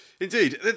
Indeed